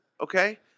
okay